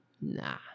Nah